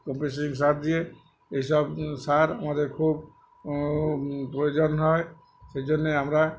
compost সার দিয়ে এইসব সার আমাদের খুব প্রয়োজন হয় সেই জন্যে আমরা